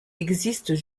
existent